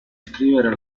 scrivere